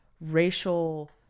racial